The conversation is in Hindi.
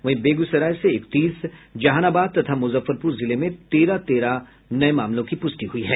वहीं बेगूसराय से इकतीस जहानाबाद तथा मुजफ्फरपुर जिले में तेरह तेरह नये मामलों की पुष्टि हुई है